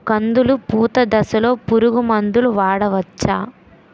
కందులు పూత దశలో పురుగు మందులు వాడవచ్చా?